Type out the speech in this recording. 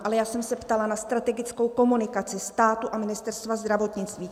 Ale já jsem se ptala na strategickou komunikaci státu a Ministerstva zdravotnictví.